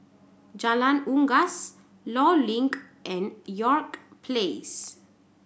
Jalan Unggas Law Link and York Place